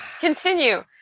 continue